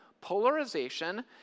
polarization